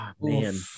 man